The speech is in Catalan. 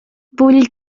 vull